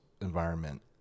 environment